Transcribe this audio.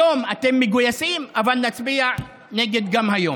היום אתם מגויסים, אבל נצביע נגד גם היום.